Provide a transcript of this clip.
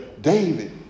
David